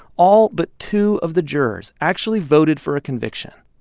all but two of the jurors actually voted for a conviction.